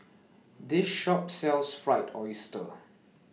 This Shop sells Fried Oyster